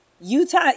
Utah